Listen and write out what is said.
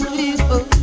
people